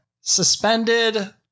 Suspended